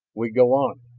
we go on.